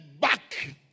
back